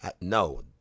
No